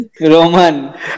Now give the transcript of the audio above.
Roman